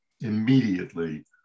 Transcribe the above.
immediately